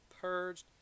purged